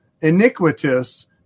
iniquitous